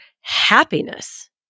happiness